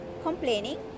complaining